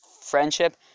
Friendship